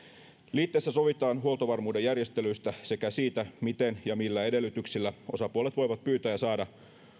liitteessä sovitaan huoltovarmuuden järjestelyistä sekä siitä miten ja millä edellytyksillä osapuolet voivat pyytää ja saada